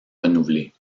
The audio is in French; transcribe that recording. renouvelé